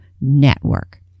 network